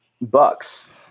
Bucks